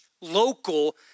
local